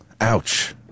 Ouch